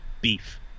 beef